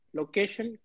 location